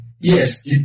Yes